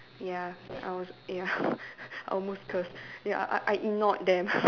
ya I was ya I almost cursed ya I I ignored them